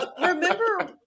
remember